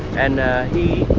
and he